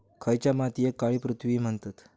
खयच्या मातीयेक काळी पृथ्वी म्हणतत?